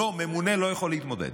לא, ממונה לא יכול להתמודד.